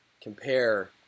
compare